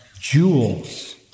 jewels